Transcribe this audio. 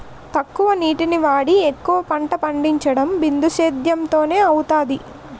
తక్కువ నీటిని వాడి ఎక్కువ పంట పండించడం బిందుసేధ్యేమ్ తోనే అవుతాది